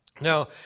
Now